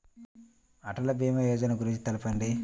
అటల్ భీమా యోజన గురించి తెలుపండి?